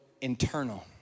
internal